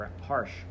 harsh